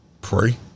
Pray